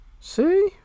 see